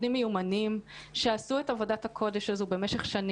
גם משרד ראש הממשלה מעורב בתהליך הזה.